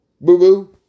boo-boo